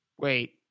Wait